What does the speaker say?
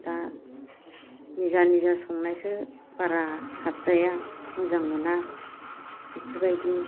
दा निजा निजा संनायखौ बारा साबजाया मोजां मोना बेफोरबायदि